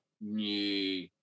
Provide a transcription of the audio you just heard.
new